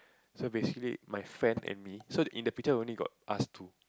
so basically my friend and me so in the picture only got us two